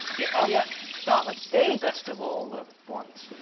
yeah, oh yeah start with d best of all the ones